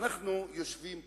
אנחנו יושבים פה.